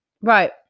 Right